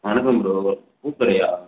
வணக்கம் ப்ரோ பூக்கடையா